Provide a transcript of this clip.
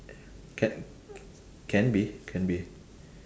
ca~ can be can be